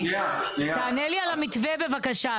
תענה לי על המתווה בבקשה.